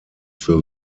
für